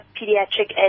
Pediatric